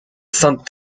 sainte